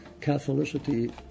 catholicity